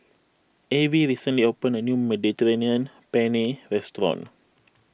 Avie recently opened a new Mediterranean Penne restaurant